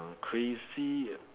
uh crazy